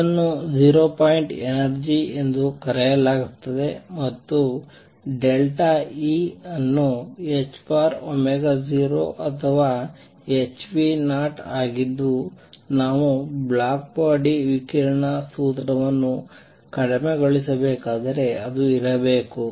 ಇದನ್ನು 0 point energy ಎಂದು ಕರೆಯಲಾಗುತ್ತದೆ ಮತ್ತು E ಇನ್ನೂ 0 ಅಥವಾ h0 ಆಗಿದ್ದು ನಾವು ಬ್ಲ್ಯಾಕ್ಬಾಡಿ ವಿಕಿರಣ ಸೂತ್ರವನ್ನು ಕಡಿಮೆಗೊಳಿಸಬೇಕಾದರೆ ಅದು ಇರಬೇಕು